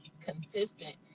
consistent